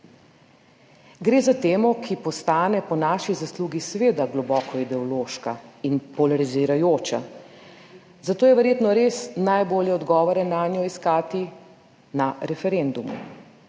Gre za temo, ki postane po naši zaslugi seveda globoko ideološka in polarizirajoča, zato je verjetno res najbolje odgovore nanjo iskati na referendumu.